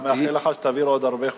אני מאחל לך שתעביר עוד הרבה חוקים.